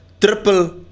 triple